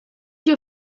your